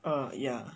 err ya